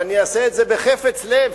ואני אעשה את זה בחפץ לב,